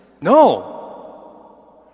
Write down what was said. No